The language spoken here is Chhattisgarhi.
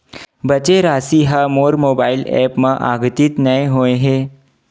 बचे राशि हा मोर मोबाइल ऐप मा आद्यतित नै होए हे